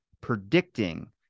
predicting